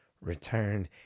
return